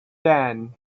then